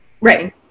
Right